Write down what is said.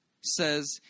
says